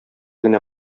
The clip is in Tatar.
генә